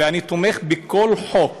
ואני תומך בכל חוק